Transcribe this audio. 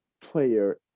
player